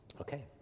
Okay